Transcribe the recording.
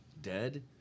dead